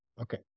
okay